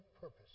purpose